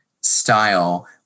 style